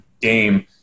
game